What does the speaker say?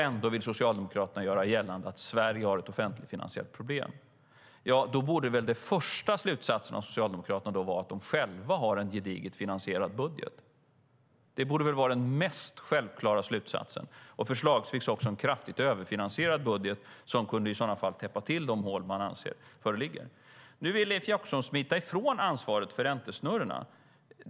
Ändå vill Socialdemokraterna göra gällande att Sverige har problem med de offentliga finanserna. Då borde väl den första slutsatsen vara att Socialdemokraterna själva har en gediget finansierad budget - det borde vara den mest självklara slutsatsen - och förslagsvis också en kraftigt överfinansierad budget som i sådana fall kunde täppa till de hål som de anser föreligger. Nu vill Leif Jakobsson smita ifrån ansvaret för räntesnurrorna.